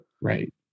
Right